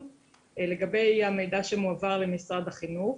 לגבי המידע שמועבר למשרד החינוך.